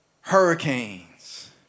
hurricanes